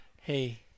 Hey